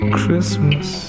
christmas